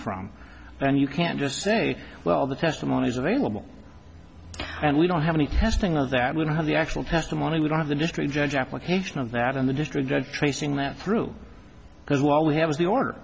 from and you can't just say well the testimony is available and we don't have any testing of that we don't have the actual testimony we don't have the district judge application of that and the district judge tracing that through because while we have is